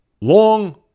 long